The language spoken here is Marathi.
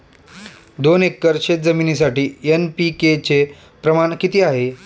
दोन एकर शेतजमिनीसाठी एन.पी.के चे प्रमाण किती आहे?